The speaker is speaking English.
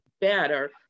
better